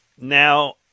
Now